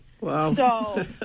Wow